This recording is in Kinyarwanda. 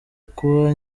kuba